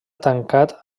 tancat